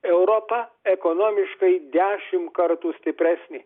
europa ekonomiškai dešimt kartų stipresnė